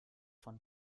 von